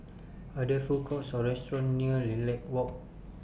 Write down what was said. Are There Food Courts Or restaurants near Lilac Walk